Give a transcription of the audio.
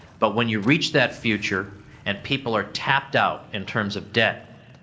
but, when you reach that future and people are tapped out in terms of debt,